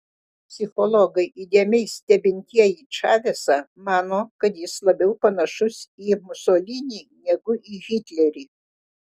psichologai įdėmiai stebintieji čavesą mano kad jis labiau panašus į musolinį negu į hitlerį